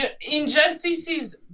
injustices